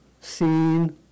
seen